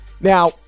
now